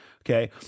okay